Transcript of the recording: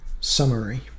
Summary